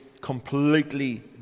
completely